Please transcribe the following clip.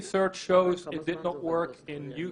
רבות לכך שהנוער מצטרף לעישון.